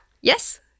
Yes